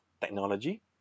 technology